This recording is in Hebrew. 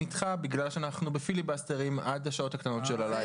נדחתה בגלל שאנחנו ב"פילי באסטרים" עד השעות הקטנות של הלילה.